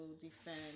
defend